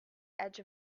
edge